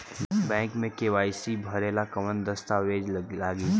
Bank मे KYC भरेला कवन दस्ता वेज लागी?